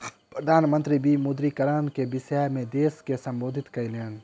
प्रधान मंत्री विमुद्रीकरण के विषय में देश के सम्बोधित कयलैन